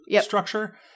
structure